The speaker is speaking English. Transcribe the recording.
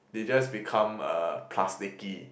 they just become plasticky